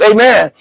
Amen